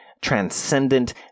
transcendent